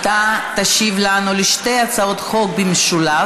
אתה תשיב לנו על שתי הצעות חוק במשולב: